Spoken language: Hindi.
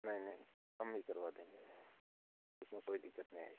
नहीं नहीं हम ही करवा देंगे उसमें कोई दिक्कत नहीं आएगी